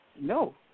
No